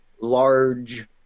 large